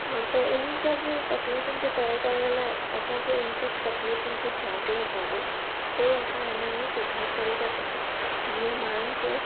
हा त इन सभु तकलीफ़ुनि खे परे करणु लाइ असांखे इन सभु तकलीफ़ुनि खे जांचणो पवंदो पोइ असां हिनमें सुधारु करे था सघूं जीअं माण्हुनि खे